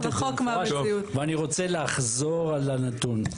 את זה במפורש ואני רוצה לחזור על הנתון,